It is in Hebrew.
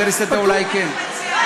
באוניברסיטאות יש בתי-כנסת,